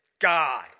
God